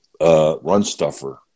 run-stuffer